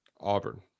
Auburn